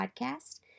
podcast